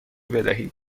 بدهید